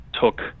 took